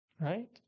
right